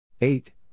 eight